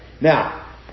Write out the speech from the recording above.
Now